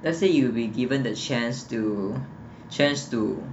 let's say you will be given the chance to chance to